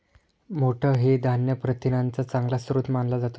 मोठ हे धान्य प्रथिनांचा चांगला स्रोत मानला जातो